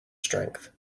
strength